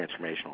transformational